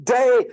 day